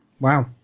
Wow